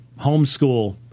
homeschool